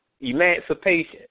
emancipation